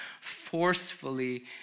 forcefully